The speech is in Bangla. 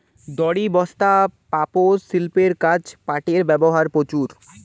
দড়ি, বস্তা, পাপোষ, শিল্পের কাজে পাটের ব্যবহার প্রচুর